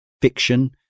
fiction